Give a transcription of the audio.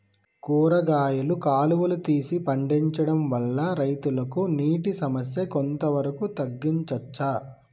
కూరగాయలు కాలువలు తీసి పండించడం వల్ల రైతులకు నీటి సమస్య కొంత వరకు తగ్గించచ్చా?